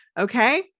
okay